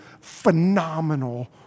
phenomenal